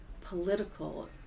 political